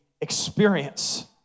experience